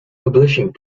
publishing